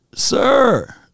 Sir